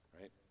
right